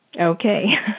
Okay